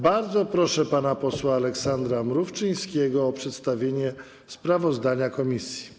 Bardzo proszę pana posła Aleksandra Mrówczyńskiego o przedstawienie sprawozdania komisji.